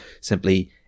simply